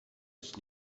ist